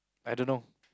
I don't know